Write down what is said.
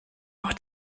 auch